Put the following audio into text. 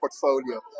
portfolio